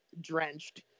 drenched